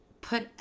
put